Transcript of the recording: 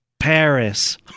Paris